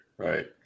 Right